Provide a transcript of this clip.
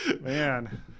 Man